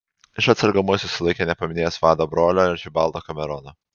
iš atsargumo jis susilaikė nepaminėjęs vado brolio arčibaldo kamerono